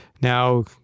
now